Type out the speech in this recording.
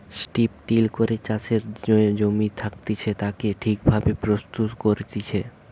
strip till করে চাষের যে জমি থাকতিছে তাকে ঠিক ভাবে প্রস্তুত করতিছে